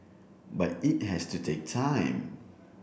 but it has to take time